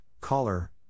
caller